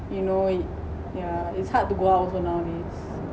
you know it yeah it's hard to go out also nowadays